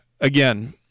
again